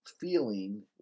feeling